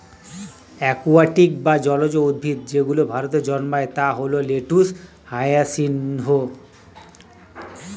aquatic বা জলজ উদ্ভিদ যেগুলো ভারতে জন্মায় তা হল লেটুস, হায়াসিন্থ